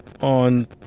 on